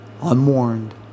unwarned